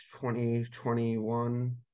2021